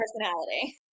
personality